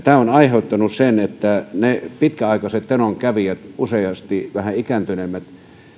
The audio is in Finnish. tämä on aiheuttanut sen kun ne pitkäaikaiset tenon kävijät useasti vähän ikääntyneemmät